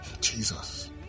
jesus